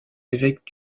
évêques